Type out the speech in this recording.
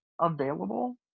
available